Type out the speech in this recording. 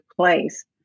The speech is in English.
place